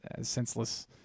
senseless